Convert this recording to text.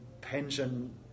pension